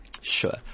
Sure